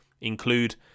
include